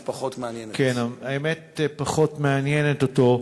כן, האמת פחות מעניינת אותו,